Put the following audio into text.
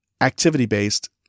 activity-based